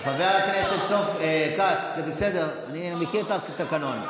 חבר הכנסת כץ, זה בסדר, אני מכיר את התקנון.